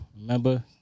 Remember